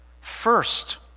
first